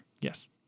Yes